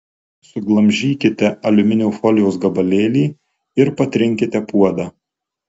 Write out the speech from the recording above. suglamžykite aliuminio folijos gabalėlį ir patrinkite puodą